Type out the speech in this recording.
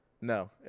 No